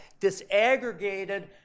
disaggregated